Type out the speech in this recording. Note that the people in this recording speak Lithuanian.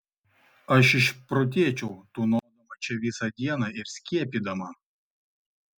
aš išprotėčiau tūnodama čia visą dieną ir skiepydama